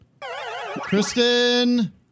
Kristen